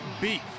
beef